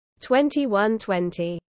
21-20